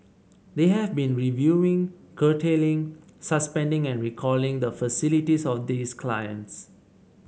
they have been reviewing curtailing suspending and recalling the facilities of these clients